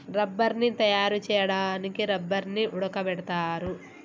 రబ్బర్ని తయారు చేయడానికి రబ్బర్ని ఉడకబెడతారు